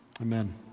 Amen